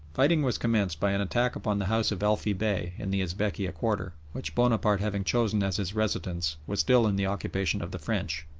fighting was commenced by an attack upon the house of elfi bey, in the esbekieh quarter, which bonaparte having chosen as his residence was still in the occupation of the french.